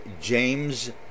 James